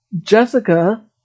Jessica